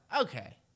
okay